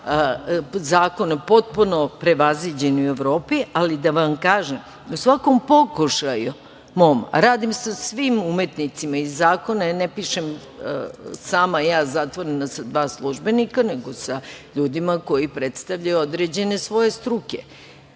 zakone, potpuno prevaziđene u Evropi. Da vam kažem, u svakom pokušaju mom, radim sa svim umetnicima, i zakone ne pišem sama ja zatvorena sa dva službenika, nego sa ljudima koji predstavljaju određene svoje struke